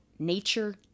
Nature